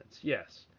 Yes